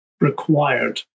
required